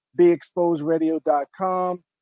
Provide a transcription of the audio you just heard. BeExposedRadio.com